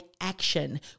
action